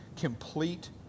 complete